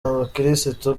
abakirisitu